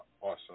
Awesome